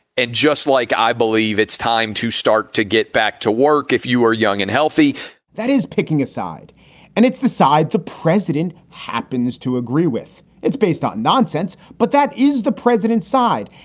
and just like i believe it's time to start to get back to work if you are young and healthy that is picking a side and it's the side the president happens to agree with, it's based on nonsense, but that is the president's side.